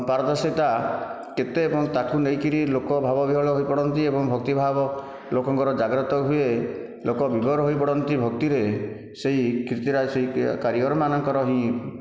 ପାରଦର୍ଶିତା କେତେ ଏବଂ ତାକୁ ନେଇକରି ଲୋକ ଭାବ ବିହ୍ଵଳ ହୋଇ ପଡ଼ନ୍ତି ଏବଂ ଭକ୍ତି ଭାବ ଲୋକଙ୍କର ଜାଗ୍ରତ ହୁଏ ଲୋକ ବିଭୋର ହୋଇପଡ଼ନ୍ତି ଭକ୍ତିରେ ସେହି କୀର୍ତ୍ତିରାଜ ସେହି କାରିଗରମାନଙ୍କର ହିଁ